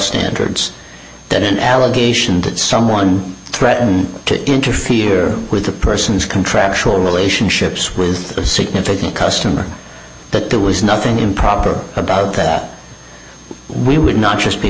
standards that an allegation that someone threatened to interfere with a person's contractual relationships with a significant customer that there was nothing improper about we would not just be